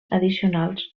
addicionals